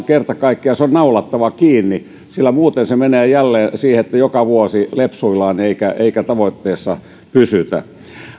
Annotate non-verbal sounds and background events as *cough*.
*unintelligible* kerta kaikkiaan naulattava kiinni sillä muuten se menee jälleen siihen että joka vuosi lepsuillaan eikä tavoitteessa pysytä